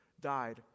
died